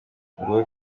nguwo